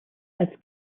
als